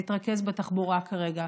נתרכז בתחבורה כרגע.